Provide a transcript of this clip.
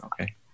Okay